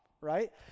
right